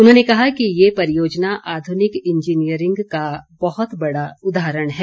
उन्होंने कहा कि ये परियोजना आधुनिक इंजीनियरिंग का बहुत बड़ा उदाहरण है